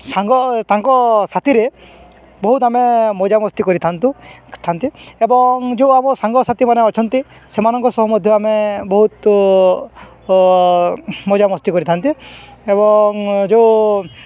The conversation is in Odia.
ସାଙ୍ଗ ତାଙ୍କ ସାଥିରେ ବହୁତ ଆମେ ମଜାମସ୍ତି କରିଥାନ୍ତୁ ଥାନ୍ତି ଏବଂ ଯେଉଁ ଆମ ସାଙ୍ଗସାଥିମାନେ ଅଛନ୍ତି ସେମାନଙ୍କ ସହ ମଧ୍ୟ ଆମେ ବହୁତ ମଜାମସ୍ତି କରିଥାନ୍ତି ଏବଂ ଯେଉଁ